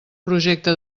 projecte